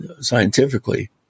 scientifically